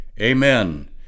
Amen